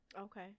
okay